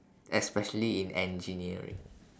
especially in engineering